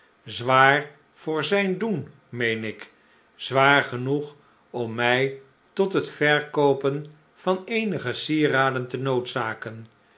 zwaar voor zijn doen meen ik zwaar genoeg om mij tot het verkoopen van eenige sieraden te